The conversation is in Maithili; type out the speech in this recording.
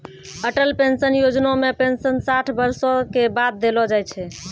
अटल पेंशन योजना मे पेंशन साठ बरसो के बाद देलो जाय छै